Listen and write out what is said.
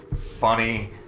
funny